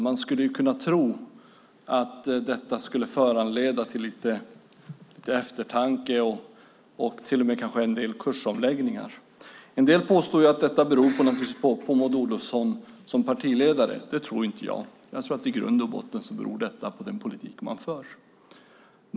Man skulle kunna tro att detta kunde föranleda eftertanke och kanske till och med kursomläggningar. En del påstår att detta beror på Maud Olofsson som partiledare. Det tror inte jag. Jag tror att det i grund och botten beror på den politik man för.